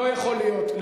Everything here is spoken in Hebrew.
לא יכול להיות.